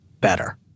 better